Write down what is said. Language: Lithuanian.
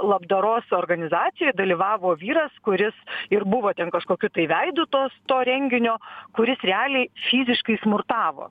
labdaros organizacijoj dalyvavo vyras kuris ir buvo ten kažkokiu tai veidu tos to renginio kuris realiai fiziškai smurtavo